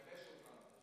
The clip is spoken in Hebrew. תייבש אותם,